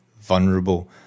vulnerable